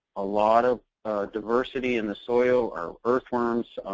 a lot of diversity in the soil. our earthworms,